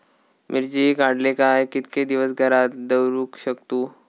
मिर्ची काडले काय कीतके दिवस घरात दवरुक शकतू?